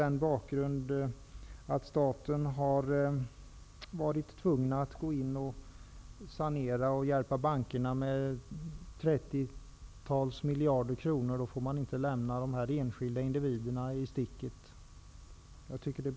Mot bakgrund av att staten har varit tvungen att gå in och sanera och hjälpa bankerna med trettiotals miljarder kronor får man inte lämna de enskilda individerna i sticket.